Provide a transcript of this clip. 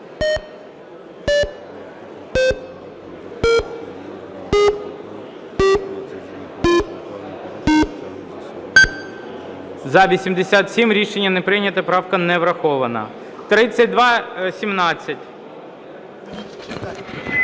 За-87 Рішення не прийнято. Правка не врахована. 3217.